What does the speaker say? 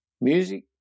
Music